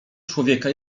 człowieka